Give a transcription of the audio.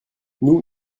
nous